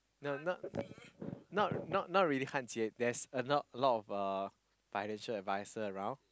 no not not not really can't yet there's uh not a lot of uh financial adviser around